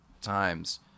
times